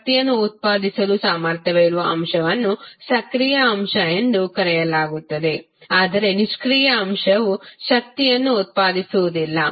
ಶಕ್ತಿಯನ್ನು ಉತ್ಪಾದಿಸುವ ಸಾಮರ್ಥ್ಯವಿರುವ ಅಂಶವನ್ನು ಸಕ್ರಿಯ ಅಂಶ ಎಂದು ಕರೆಯಲಾಗುತ್ತದೆ ಆದರೆ ನಿಷ್ಕ್ರಿಯ ಅಂಶವು ಶಕ್ತಿಯನ್ನು ಉತ್ಪಾದಿಸುವುದಿಲ್ಲ